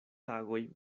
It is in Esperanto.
tagoj